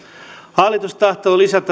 hallitus tahtoo lisätä